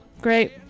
Great